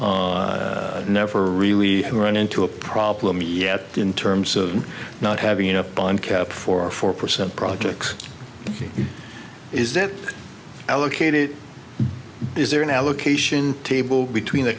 we've never really run into a problem yet in terms of not having enough on cap for four percent projects is that allocated is there an allocation table between the